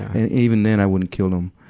and even then, i wouldn't kill them.